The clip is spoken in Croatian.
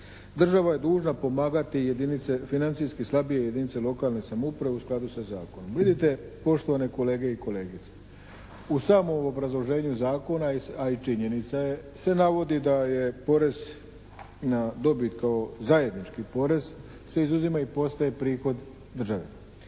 Država je dužna pomagati jedinice, financijski slabije jedinice lokalne samouprave u skladu sa zakonom. Vidite, poštovane kolege i kolegice. U samom obrazloženju zakona, a i činjenica je, se navodi da je porez na dobit kao zajednički porez se izuzima i postaje prihod države.